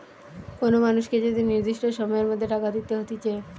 কোন মানুষকে যদি নির্দিষ্ট সময়ের মধ্যে টাকা দিতে হতিছে